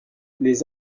les